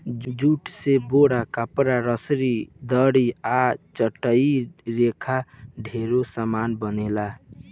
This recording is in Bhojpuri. जूट से बोरा, कपड़ा, रसरी, दरी आ चटाई लेखा ढेरे समान बनेला